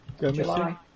July